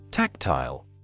Tactile